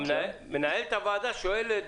מנהלת הוועדה אומרת